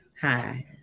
Hi